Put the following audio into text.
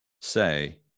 say